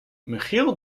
michiel